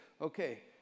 Okay